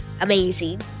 amazing